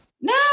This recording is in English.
No